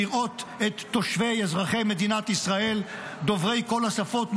לראות את תושבי ואזרחי מדינת ישראל דוברי כל השפות,